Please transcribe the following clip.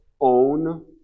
own